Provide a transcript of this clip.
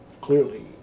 Clearly